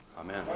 Amen